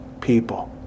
people